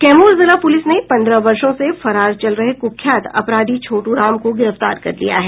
कैमूर जिला पुलिस ने पन्द्रह वर्षों से फरार चल रहे कुख्यात अपराधी छोटू राम को गिरफ्तार कर लिया है